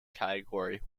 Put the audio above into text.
category